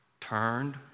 turned